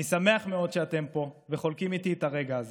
אני שמח מאוד שאתם פה וחולקים איתי את הרגע הזה.